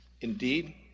Indeed